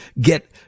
get